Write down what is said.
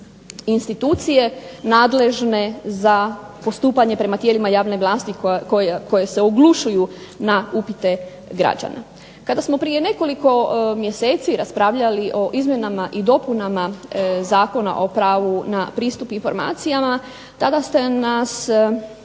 institucije nadležne za postupanje prema tijelima javne vlasti koje se oglušuju na upite građana. Kada smo prije nekoliko mjeseci raspravljali o izmjenama i dopunama Zakona o pravu na pristup informacijama, tada ste nas,